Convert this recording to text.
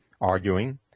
arguing